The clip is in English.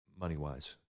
money-wise